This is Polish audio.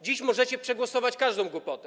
Dziś możecie przegłosować każdą głupotę.